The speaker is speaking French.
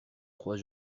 trois